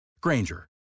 Granger